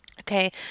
Okay